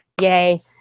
Yay